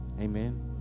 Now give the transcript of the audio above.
Amen